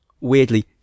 weirdly